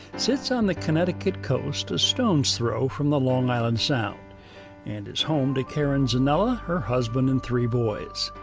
sits on the connecticut coast, a stone's throw from the long island sound and is home to karen zanella, her husband, and three boys.